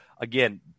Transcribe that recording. again